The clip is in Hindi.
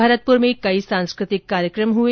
भरतपुर में कई सांस्कृतिक कार्यक्रम हुए